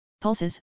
pulses